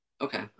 Okay